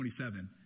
27